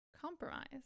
compromise